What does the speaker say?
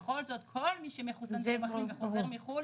בכל זאת כל מי שמחוסן ומחלים וחוזר מחו"ל,